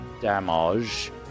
damage